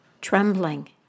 trembling